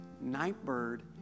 Nightbird